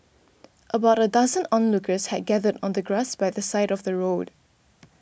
about a dozen onlookers had gathered on the grass by the side of the road